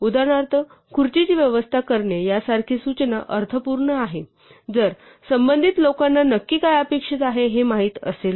उदाहरणार्थ खुर्चीची व्यवस्था करणे यासारखी सूचना अर्थपूर्ण आहे जर संबंधित लोकांना नक्की काय अपेक्षित आहे हे माहित असेल